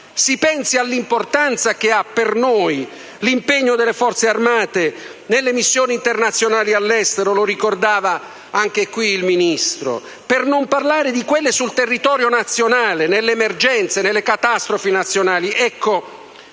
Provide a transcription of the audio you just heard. Si pensi all'importanza che ha per noi l'impegno delle Forze armate nelle missioni internazionali all'estero (lo ricordava anche qui il Ministro), per non parlare di quelle sul territorio nazionale nelle emergenze, nelle catastrofi nazionali.